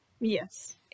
Yes